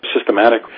systematic